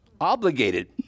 obligated